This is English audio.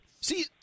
See